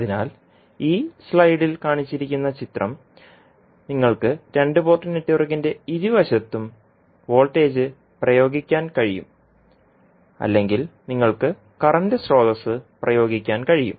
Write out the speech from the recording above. അതിനാൽ ഈ സ്ലൈഡിൽ കാണിച്ചിരിക്കുന്ന ചിത്രത്തിൽ നിങ്ങൾക്ക് രണ്ട് പോർട്ട് നെറ്റ്വർക്കിന്റെ ഇരുവശത്തും വോൾട്ടേജ് പ്രയോഗിക്കാൻ കഴിയും അല്ലെങ്കിൽ നിങ്ങൾക്ക് കറന്റ് സ്രോതസ്സ് പ്രയോഗിക്കാൻ കഴിയും